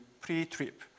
pre-trip